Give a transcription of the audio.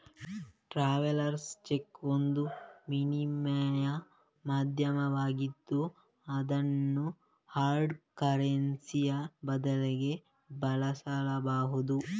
travellers cheque ಒಂದು ವಿನಿಮಯ ಮಾಧ್ಯಮವಾಗಿದ್ದು ಅದನ್ನು ಹಾರ್ಡ್ ಕರೆನ್ಸಿಯ ಬದಲಿಗೆ ಬಳಸಬಹುದು